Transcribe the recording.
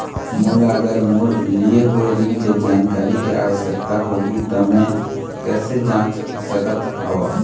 मोला अगर मोर लिए हुए ऋण के जानकारी के आवश्यकता होगी त मैं कैसे जांच सकत हव?